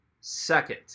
Second